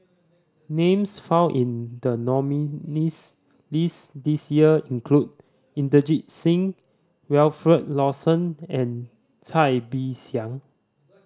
names found in the nominees' list this year include Inderjit Singh Wilfed Lawson and Cai Bixiang